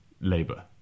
Labour